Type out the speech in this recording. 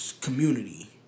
community